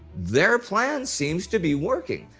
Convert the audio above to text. their plan seems to be working.